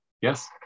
Yes